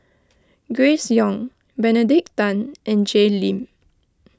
Grace Young Benedict Tan and Jay Lim